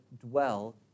dwell